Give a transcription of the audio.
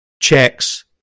checks